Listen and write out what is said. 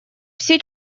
все